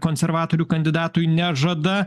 konservatorių kandidatui nežada